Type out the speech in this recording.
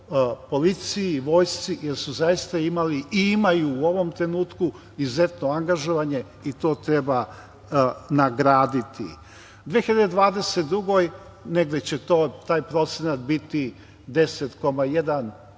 policiji, vojsci, jer su zaista imali i imaju u ovom trenutku izuzetno angažovanje i to treba nagraditi.U 2022. godini negde će taj procenat biti 10,1%